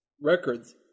records